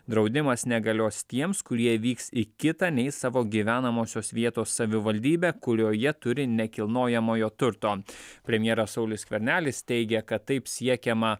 draudimas negalios tiems kurie vyks į kitą nei savo gyvenamosios vietos savivaldybę kurioje turi nekilnojamojo turto premjeras saulius skvernelis teigia kad taip siekiama